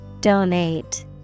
Donate